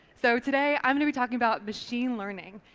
so today i'm gonna be talking about machine learning.